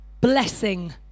blessing